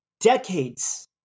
decades